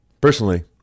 Personally